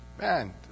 Man